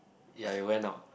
ya it went out